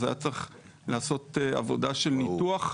אז היה צריך לעשות עבודת ניתוח.